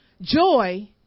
joy